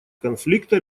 конфликта